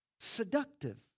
Seductive